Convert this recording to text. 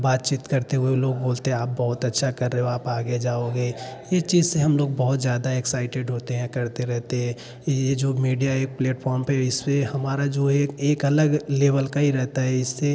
बातचीत करते हुए लोग बोलते हैं आप बहुत अच्छा कर रहे हो आप आगे जाओगे इस चीज़ से हम बहुत ज़्यादा एक्साइटेड होते हैं करते रहते हैं यह जो मीडिया प्लेटफॉर्म पर इस पर हमारा जो एक एक अलग लेवल का ही रहता है इससे